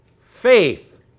faith